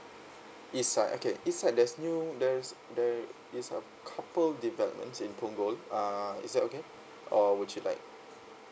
east side okay east side there's new there is there is a couple of developments in punggol err is that okay or would you like